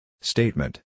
Statement